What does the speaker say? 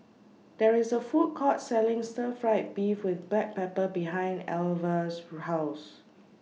There IS A Food Court Selling Stir Fried Beef with Black Pepper behind Alvah's House